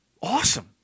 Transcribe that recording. awesome